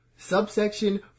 Subsection